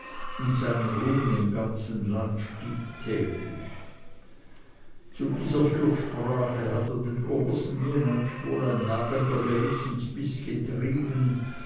und sein ruhm im ganzen lande stieg täglich zu dieser fürsprache hatte den obersten jenatsch wohl ein nagender gewissensbiß getrieben